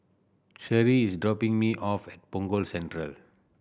Sheri is dropping me off at Punggol Central